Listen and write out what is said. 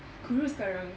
kurus sekarang